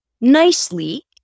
nicely